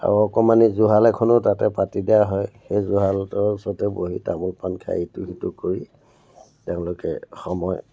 আৰু অকমাণি জুহাল এখনো তাতে পাতি দিয়া হয় সেই জুহালৰ ওচৰতে বহি তামোল পান খাই ইটো সিটো কৰি তেওঁলোকে সময়